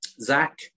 Zach